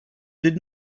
did